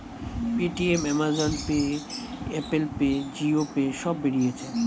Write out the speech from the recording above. Paytm, Amazon pay, Apple pay, Jio pay সব বেরিয়েছে